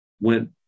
went